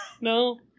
no